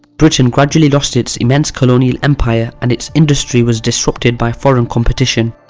britain gradually lost its immense colonial empire and its industry was disrupted by foreign competition.